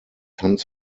tanz